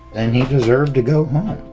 and he deserved to go home